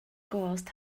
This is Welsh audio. gost